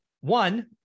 One